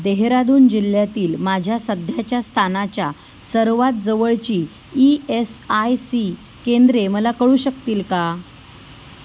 देहरादून जिल्ह्यातील माझ्या सध्याच्या स्थानाच्या सर्वात जवळची ई एस आय सी केंद्रे मला कळू शकतील का